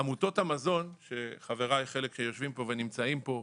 עמותות המזון, שחבריי, חלק יושבים פה ונמצאים פה,